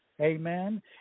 Amen